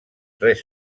tres